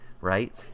right